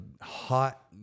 hot